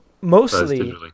mostly